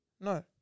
No